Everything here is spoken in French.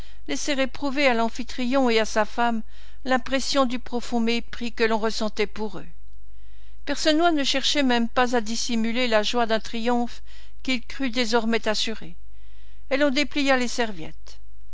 laisser éprouver à l'amphitryon et à sa femme l'impression du profond mépris que l'on ressentait pour eux percenoix ne cherchait même pas à dissimuler la joie d'un triomphe qu'il crut désormais assuré et l'on déplia les serviettes